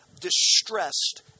distressed